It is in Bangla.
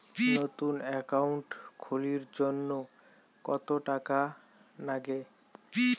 নতুন একাউন্ট খুলির জন্যে কত টাকা নাগে?